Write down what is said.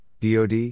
DOD